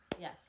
Yes